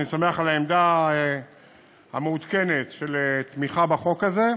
אני שמח על העמדה המעודכנת של התמיכה בחוק הזה.